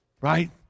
Right